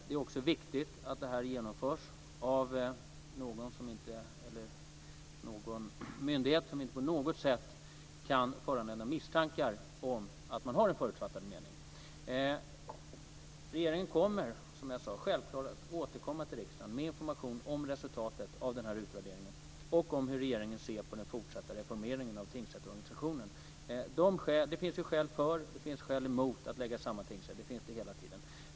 Det är också viktigt att det genomförs av en myndighet som inte på något sätt kan föranleda misstankar om förutfattade meningar. Regeringen återkommer, som jag sade, självklart till riksdagen med information om resultatet av denna utvärdering och om hur regeringen ser på den fortsatta reformeringen av tingsrättsorganisationen. Det finns alltid skäl för och skäl emot att lägga samman tingsrätter.